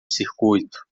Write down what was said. circuito